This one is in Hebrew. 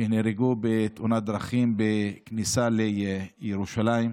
שנהרגו בתאונת דרכים בכניסה לירושלים.